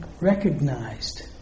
recognized